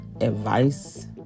advice